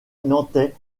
nantais